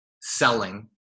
selling